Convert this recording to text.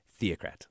theocrat